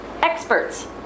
experts